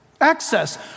Access